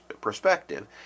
perspective